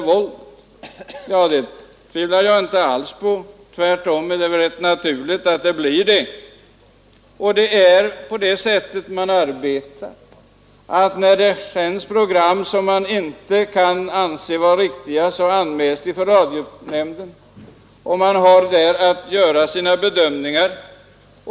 Ja, jag tvivlar inte alls program. Men jag vill säga till fru Mogård att vi inte har någon garanti för att programmen blir bättre, om de blir reklamfinansierade. Det är min på det — det är väl tvärtom rätt naturligt. Det är på det sättet man arbetar. När det sänds program som någon anser strider mot reglerna gör denne en anmälan till radionämnden, som då har att ta upp frågan till bedömning.